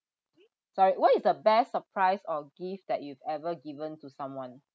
sorry what is the best surprise or gift that you've ever given to someone